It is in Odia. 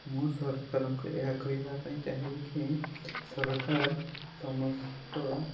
ମୁଁ ସରକାରଙ୍କୁ ଏହା କହିବା ପାଇଁ ଚାହିଁବିକି ସରକାର ସମସ୍ତ